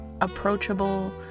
approachable